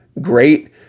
great